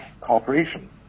cooperation